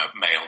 male